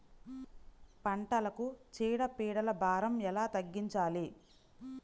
పంటలకు చీడ పీడల భారం ఎలా తగ్గించాలి?